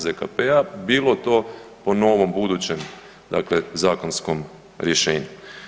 ZKP-a, bilo to po novom budućem zakonskom rješenju.